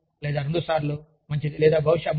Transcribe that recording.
ఒకటి లేదా రెండుసార్లు మంచిది